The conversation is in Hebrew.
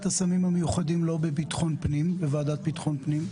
המסמכים המיוחדים לא בוועדת ביטחון פנים?